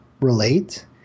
relate